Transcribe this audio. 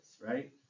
right